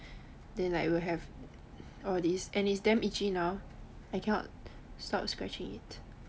then like will have all these and it's damn itchy now I cannot stop scratching it